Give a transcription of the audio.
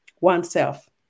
oneself